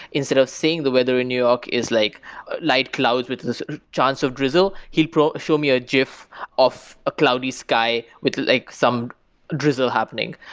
instead of saying the weather in new york is like ah light clouds with a chance of drizzle, he'll show me a gif of a cloudy sky with like some drizzle happening.